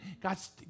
God's